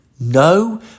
No